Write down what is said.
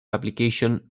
application